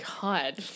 god